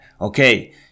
okay